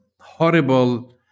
horrible